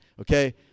okay